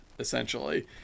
essentially